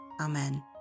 Amen